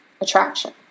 attraction